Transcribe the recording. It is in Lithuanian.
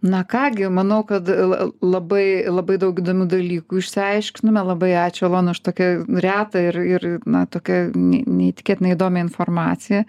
na ką gi manau kad la labai labai daug įdomių dalykų išsiaiškinome labai ačiū elona už tokią retą ir ir na tokią ne neįtikėtinai įdomią informaciją